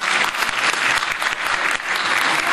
(מחיאות כפיים)